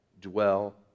dwell